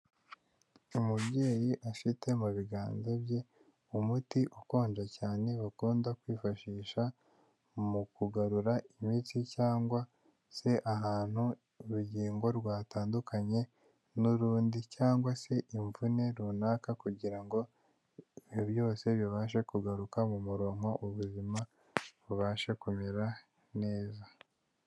Umubyeyi afite mu biganza bye umuti ukonje cyane bakunda kwifashisha mu kugarura imitsi cyangwa se ahantu urugingo rwatandukanye n'urundi; cyangwa se imvune runaka, kugira ngo ibyo byose bibashe kugaruka mu murongo. Ubuzima bubashe kumera neza.